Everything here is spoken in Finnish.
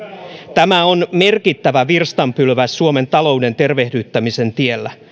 tämä on merkittävä virstanpylväs suomen talouden tervehdyttämisen tiellä